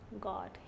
God